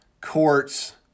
Courts